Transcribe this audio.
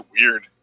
weird